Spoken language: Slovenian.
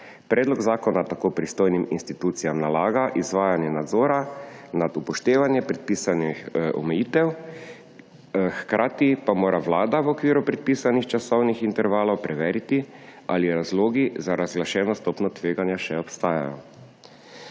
Predlog zakona tako pristojnim institucijam nalaga izvajanje nadzora nad upoštevanjem predpisanih omejitev, hkrati pa mora vlada v okviru predpisanih časovnih intervalov preveriti, ali razlogi za razglašeno stopnjo tveganja še obstajajo.